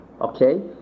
okay